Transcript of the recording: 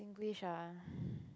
wish ah